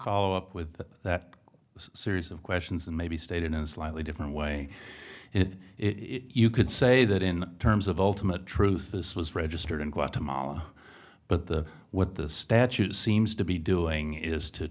call up with that series of questions and maybe state in a slightly different way if you could say that in terms of ultimate truth this was registered in guatemala but the what the statute seems to be doing is to